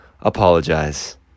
apologize